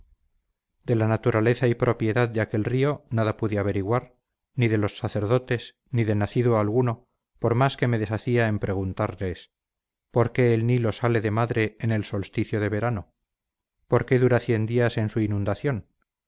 de la naturaleza y propiedad de aquel río nada pude averiguar ni de los sacerdotes ni de nacido alguno por más que me deshacía en preguntarles por qué el nilo sale de madre en el solsticio del verano por qué dura cien días en su inundación